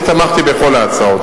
אני תמכתי בכל ההצעות,